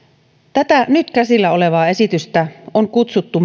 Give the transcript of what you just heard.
tätä nyt käsillä olevaa esitystä on kutsuttu